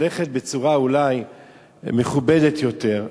ללכת בצורה אולי מכובדת יותר,